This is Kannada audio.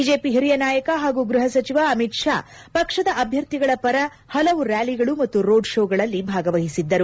ಬಿಜೆಪಿ ಹಿರಿಯ ನಾಯಕ ಹಾಗೂ ಗೃಹ ಸಚಿವ ಅಮಿತ್ ಶಾ ಪಕ್ಷದ ಅಭ್ಯರ್ಥಿಗಳ ಪರ ಹಲವು ರ್ಯಾಲಿಗಳು ಮತ್ತು ರೋಡ್ ಶೋಗಳಲ್ಲಿ ಭಾಗವಹಿಸಿದ್ದರು